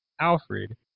Alfred